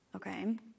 Okay